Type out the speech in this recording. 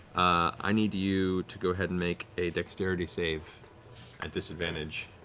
i need you to go ahead and make a dexterity save at disadvantage.